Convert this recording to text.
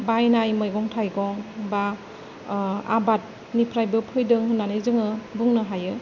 बायनाय मैगं थाइगं बा आबादनिफ्रायबो फैदों होननानै जोङो बुंनो हायो